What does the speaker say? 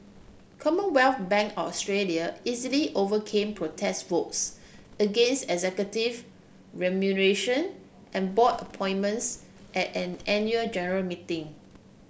Commonwealth Bank of Australia easily overcame protest votes against executive remuneration and board appointments at an annual general meeting